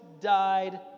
died